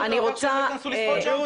העיקר שלא ייכנסו לשם?